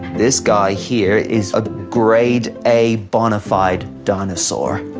this guy here is a grade, a bonafide dinosaur.